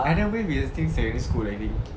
and then wave is since secondary school I think